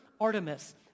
Artemis